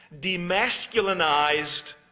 demasculinized